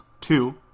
two